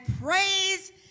praise